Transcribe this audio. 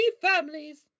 families